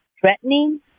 threatening